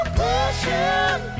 pushing